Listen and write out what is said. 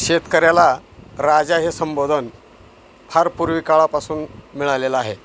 शेतकऱ्याला राजा हे संबोधन फार पूर्वी काळापासून मिळालेलं आहे